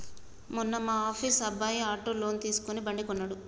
మొన్న మా ఆఫీస్ అబ్బాయి ఆటో లోన్ తీసుకుని బండి కొన్నడు